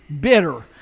bitter